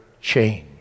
change